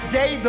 day